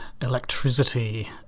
Electricity